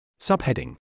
subheading